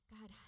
God